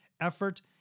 effort